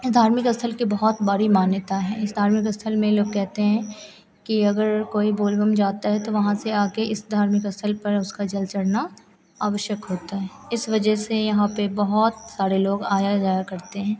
इस धार्मिक स्थल की बहुत बड़ी मान्यता है इस धार्मिक स्थल में लोग कहते हैं कि अगर कोई बोल बम जाता है तो वहाँ से आकर इस धार्मिक स्थल पर उसका जल चढ़ना आवश्यक होता है इस वज़ह से यहाँ पर बहुत सारे लोग आया जाया करते हैं